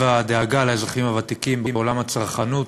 הדאגה לאזרחים הוותיקים בעולם הצרכנות.